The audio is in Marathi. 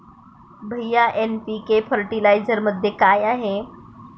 भैय्या एन.पी.के फर्टिलायझरमध्ये काय आहे?